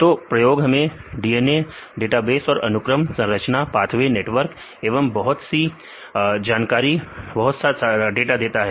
तो प्रयोग हमें DNA डेटाबेस और अनुक्रम संरचना पाथवे नेटवर्क एवं बहुत सी जानकारी बहुत सारा डाटा देता है